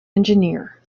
engineer